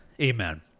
Amen